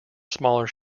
smaller